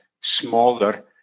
smaller